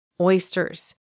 Oysters